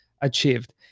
achieved